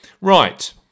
right